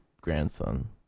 grandson